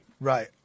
Right